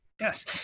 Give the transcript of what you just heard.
Yes